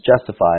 justified